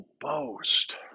boast